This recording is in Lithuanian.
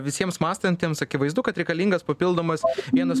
visiems mąstantiems akivaizdu kad reikalingas papildomas vienas